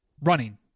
running